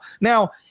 Now